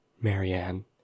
Marianne